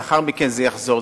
לאחר מכן זה יחזור.